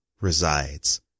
resides